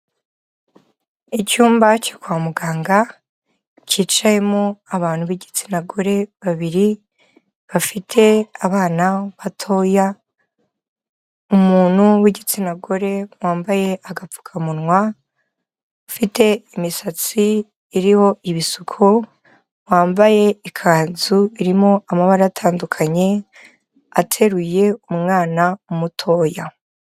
Icyumba cyo kwa muganga cyicayemo abantu b'igitsina gore babiri, bafite abana batoya, umuntu w'igitsina gore wambaye agapfukamunwa, ufite imisatsi iriho ibisuko, wambaye ikanzu irimo amabara atandukanye, ateruye umwana mutoya.